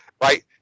right